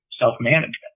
self-management